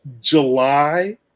July